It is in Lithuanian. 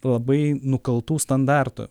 labai nukaltų standartų